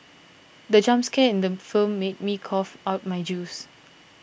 the jump scare in the film made me cough out my juice